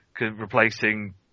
replacing